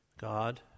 God